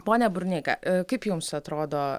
pone burneika kaip jums atrodo